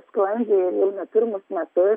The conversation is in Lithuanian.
sklandžiai jau ne pirmus metus